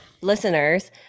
listeners